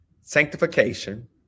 sanctification